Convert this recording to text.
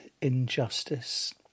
injustice